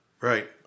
Right